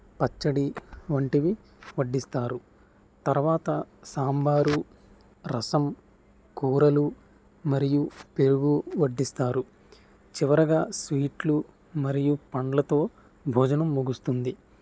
పచ్చడి వంటివి వడ్డిస్తారు తర్వాత సాంబారు రసం కూరలు మరియు పెరుగు వడ్డిస్తారు చివరగా స్వీట్లు మరియు పండ్లతో భోజనం ముగుస్తుంది